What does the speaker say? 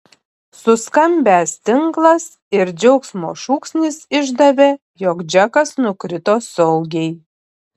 suskambęs tinklas ir džiaugsmo šūksnis išdavė jog džekas nukrito saugiai